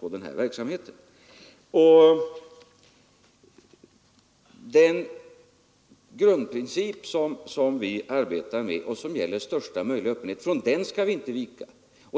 på den här verksamheten. Från den grundprincip som vi arbetar med och som innebär största möjliga öppenhet skall vi inte vika.